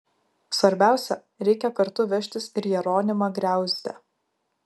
svarbiausia reikia kartu vežtis ir jeronimą griauzdę